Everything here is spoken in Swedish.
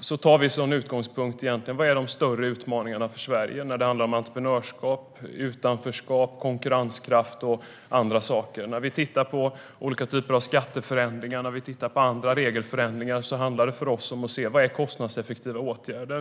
övrigt tar vi som utgångspunkt vad som är de större utmaningarna för Sverige när det handlar om entreprenörskap, utanförskap, konkurrenskraft och andra saker. När vi tittar på olika typer av skatteförändringar och andra regelförändringar handlar det för oss om att se vad som är kostnadseffektiva åtgärder.